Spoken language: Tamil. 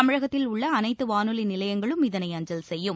தமிழகத்தில் உள்ள அனைத்து வானொலி நிலையங்களும் இதனை அஞ்சல் செய்யும்